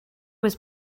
was